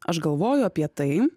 aš galvoju apie tai